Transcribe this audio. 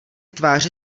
tváři